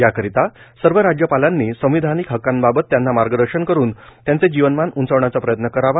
याकरीता सर्व राज्यपालांनी संविधानीक हक्कांबाबत त्यांना मार्गदर्शन करून त्यांचे जीवनमान उंचावण्याचा प्रयत्न करावा